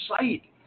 sight